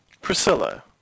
Priscilla